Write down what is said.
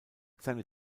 seine